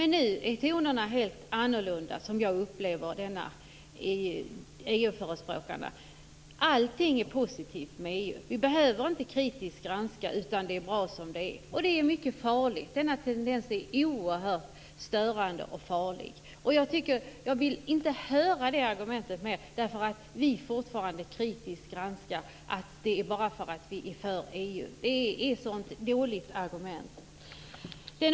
Nu är det helt andra toner, som jag upp upplever EU förespråkarna. Allting med EU är positivt. Vi behöver inte kritiskt granska, utan det är bra som det är. Den tendensen tycker jag är oerhört störande och farlig. Jag vill därför inte höra det tidigare argumentet mera: Att vi fortfarande kritiskt granskar beror på att vi är för EU. Det är ett mycket dåligt argument.